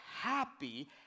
happy